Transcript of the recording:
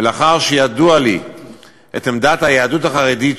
ולאחר שידועה לי עמדת היהדות החרדית,